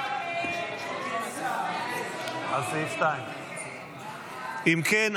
אם כן,